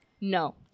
No